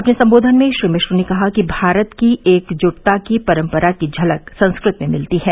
अपने सम्बोधन में श्री मिश्र ने कहा कि भारत की एकजुटता की परम्परा की झलक संस्कृत में मिलती है